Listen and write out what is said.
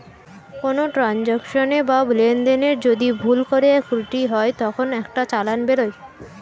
কোনো ট্রান্সাকশনে বা লেনদেনে যদি ভুল করে ত্রুটি হয় তখন একটা চালান বেরোয়